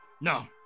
No